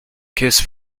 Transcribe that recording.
kiss